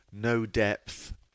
no-depth